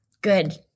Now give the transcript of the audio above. Good